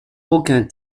aucun